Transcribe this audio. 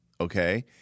okay